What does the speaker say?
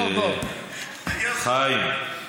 חיים.